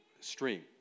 stream